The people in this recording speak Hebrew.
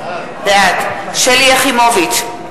בעד שלי יחימוביץ,